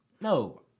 No